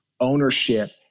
ownership